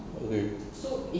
okay